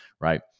right